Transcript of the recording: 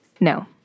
No